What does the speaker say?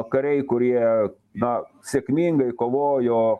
kariai kurie na sėkmingai kovojo